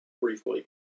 briefly